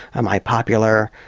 am i popular?